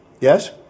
Yes